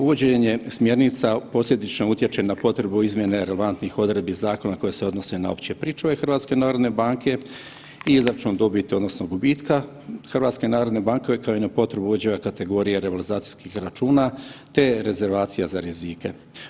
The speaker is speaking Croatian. Uvođenje smjernica posljednično utječe na potrebu izmjene relevantnih odredbi zakona koje se odnose na opće pričuve HNB-a i izračun dobiti odnosno gubitka HNB-a kao i na potrebu uvođenja kategorije revolizacijskih računa, te rezervacija za rizike.